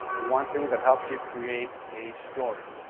the one thing that helps you create a story,